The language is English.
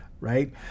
right